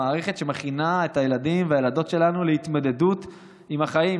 למערכת שמכינה את הילדים והילדות שלנו להתמודדות עם החיים.